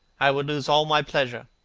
i would lose all my pleasure.